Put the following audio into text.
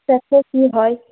শেষে কী হয়